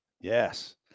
Yes